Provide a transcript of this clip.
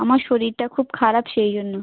আমার শরীরটা খুব খারাপ সেই জন্য